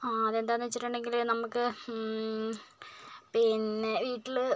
ആ അത് എന്താണെന്ന് വെച്ചിട്ടുണ്ടങ്കിൽ നമുക്ക് പിന്നെ വീട്ടിൽ